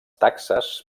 taxes